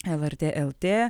lrt lt